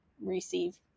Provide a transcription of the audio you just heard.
receive